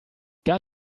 got